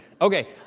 Okay